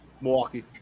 Milwaukee